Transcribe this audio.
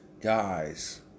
guys